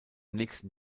nächsten